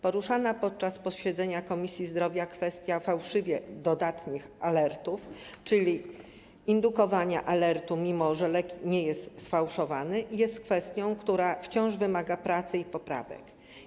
Poruszana podczas posiedzenia Komisji Zdrowia kwestia fałszywie dodatnich alertów, czyli indukowania alertu, mimo że lek nie jest sfałszowany, wciąż wymaga pracy i poprawek.